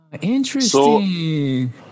interesting